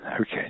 Okay